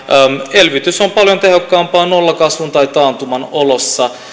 elvytys on paljon tehokkaampaa nollakasvun tai taantuman oloissa